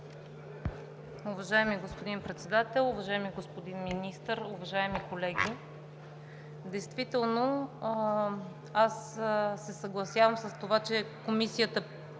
Уважаеми господин Председател, уважаеми господин Министър, уважаеми колеги! Действително аз се съгласявам с това, че Комисията